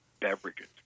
beverages